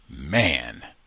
Man